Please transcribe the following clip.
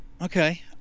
Okay